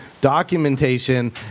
documentation